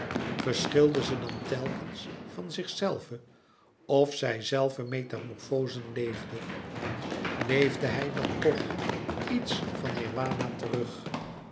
verschilde ze dan telkens van zichzelve of zijzelve metamorfozen leefde leefde hij dan tch iets van nirwana terug